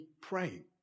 praying